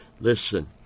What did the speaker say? Listen